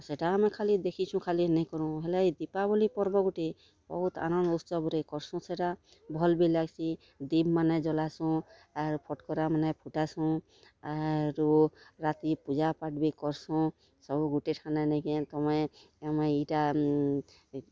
ସେଟା ଆମେ ଖାଲି ଦେଖିଚୁ ଖାଲି ନେଇକରୁଁ ହେଲେ ଏ ଦିପାବଲୀ ପର୍ବ ଗ୍ ଗୁଟେ ବହୁତ୍ ଆନନ୍ଦ୍ ଉତ୍ସବ୍ରେ କର୍ସୁଁ ସେଟା ଭଲ୍ ବି ଲାଗ୍ସି ଦୀପ୍ମାନେ ଜଲାସୁଁ ଆର୍ ଫଟ୍କରାମାନେ ଫୁଟାସୁଁ ଆରୁ ରାତି ପୁଜାପାଠ୍ ବି କର୍ସୁଁ ସବୁ ଗୁଟେ ଠାନେ ନେଇଁକେଁ ତୁମେ ଆମେ ଇଟା